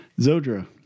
Zodra